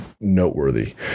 noteworthy